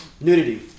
nudity